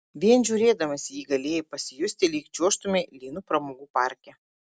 vien žiūrėdamas į jį galėjai pasijusti lyg čiuožtumei lynu pramogų parke